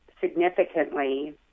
significantly